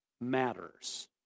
matters